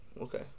okay